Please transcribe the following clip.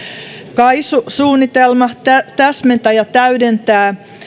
kaisu suunnitelma täsmentää ja täydentää